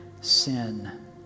sin